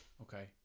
Okay